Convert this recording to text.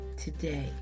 today